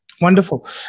Wonderful